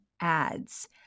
ads